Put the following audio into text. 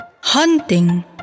hunting